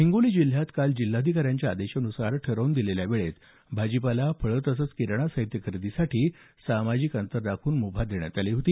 हिंगोली जिल्ह्यात काल जिल्हाधिकाऱ्यांच्या आदेशानुसार ठरवून दिलेल्या वेळेत भाजीपाला फळं तसंच किराणा साहित्य खरेदीसाठी सामाजिक अंतर राखून मुभा देण्यात आली होती